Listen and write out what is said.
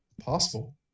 possible